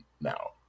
now